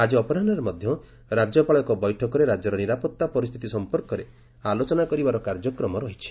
ଆଜି ଅପରାହୁରେ ମଧ୍ୟ ରାଜ୍ୟପାଳ ଏକ ବୈଠକରେ ରାଜ୍ୟର ନିରାପତ୍ତା ପରିସ୍ଥିତି ସମ୍ପର୍କରେ ଆଲୋଚନା କରିବାର କାର୍ଯ୍ୟକ୍ରମ ରହିଛି